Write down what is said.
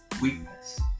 weakness